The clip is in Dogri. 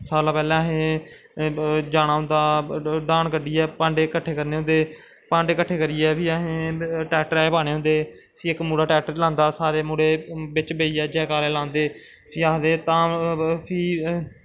सारैं कोला पैह्लैं असें जाना होंदा डाह्न कड्डियै भांडे कट्ठे करने होंदे भांडे कट्ठे करियै फ्ही असैं ट्रैक्ट्रै च पाने होंदे फ्ही इक मुड़ा ट्रैक्टर चलादा सारे मुड़े ट्रैक्टरै च बेहियै जैकारे लांदे फ्ही आखदे धाम फ्ही